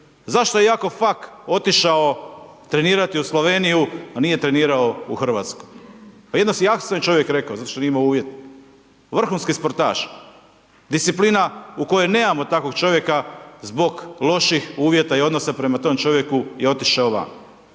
Zašto je Jakov Fak otišao trenirati u Sloveniju, a nije trenirao u Hrvatsku? Pa …/Govornik se ne razumije./… je čovjek rekao, zato što nije imao uvjete. Vrhunski sportaš, disciplina u kojoj nemamo takvog čovjek, zbog loših uvjeta i odnosa prema tom čovjeku je otišao van.